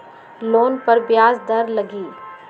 Loan पर ब्याज दर लगी?